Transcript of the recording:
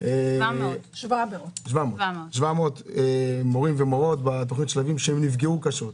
700, סליחה - מורים ומורות נפגעו קשות.